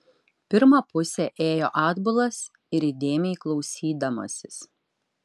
pirmą pusę ėjo atbulas ir įdėmiai klausydamasis